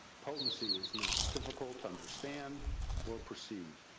potency is not difficult to understand or perceive.